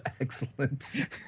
excellent